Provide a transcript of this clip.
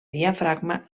diafragma